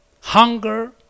hunger